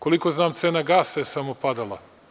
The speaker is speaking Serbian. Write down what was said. Koliko znam cena gasa je samo padala.